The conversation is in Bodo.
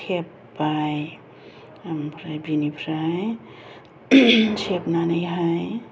सेब्बाय ओमफ्राय बेनिफ्राय सेबनानैहाय